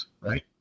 right